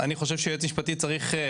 יש עמדות שירות עצמי להארכת אשרה לזרים,